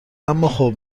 اماخب